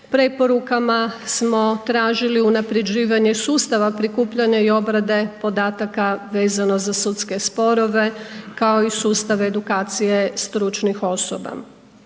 preporukama smo tražili unaprjeđivanje sustava, prikupljanje i obrade podataka vezano za sudske sporove kao i sustav edukacije stručnih osoba.